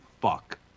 fuck